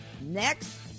next